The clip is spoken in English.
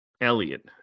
Elliot